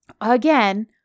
Again